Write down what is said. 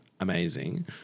Amazing